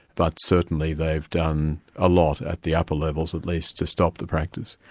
but certainly they've done a lot, at the upper levels at least, to stop the practice.